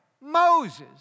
Moses